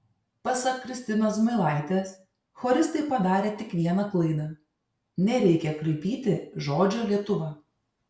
pasak kristinos zmailaitės choristai padarė tik vieną klaidą nereikia kraipyti žodžio lietuva